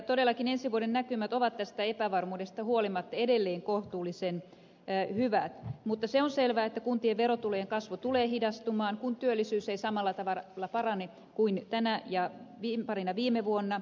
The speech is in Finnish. todellakin ensi vuoden näkymät ovat tästä epävarmuudesta huolimatta edelleen kohtuullisen hyvät mutta se on selvää että kuntien verotulojen kasvu tulee hidastumaan kun työllisyys ei samalla tavalla parane kuin tänä ja parina viime vuonna